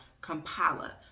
Kampala